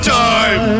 time